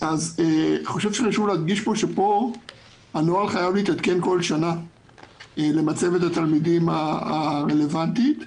שהנוהל חייב להתעדכן בכל שנה לגבי מצבת התלמידים הרלוונטית.